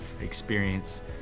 experience